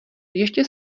ještě